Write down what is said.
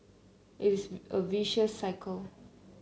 it is a vicious cycle